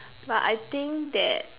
but I think that